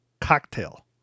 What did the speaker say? cocktail